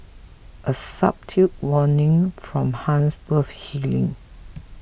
a subtle warning from Han's worth heeding